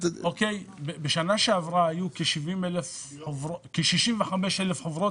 בשנה שעברה היו כ-65,000 חוברות